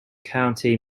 county